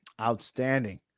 Outstanding